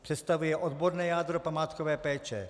Představuje odborné jádro památkové péče.